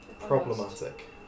Problematic